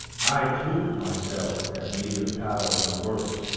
i to myself have neither power nor worth,